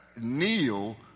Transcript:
kneel